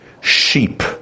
sheep